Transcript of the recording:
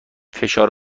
فشار